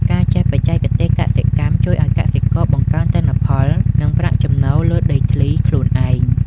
ការចេះបច្ចេកទេសកសិកម្មជួយឱ្យកសិករបង្កើនទិន្នផល និងប្រាក់ចំណូលលើដីធ្លីខ្លួនឯង។